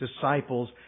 disciples